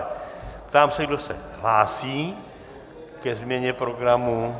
Ptám se, kdo se hlásí ke změně programu.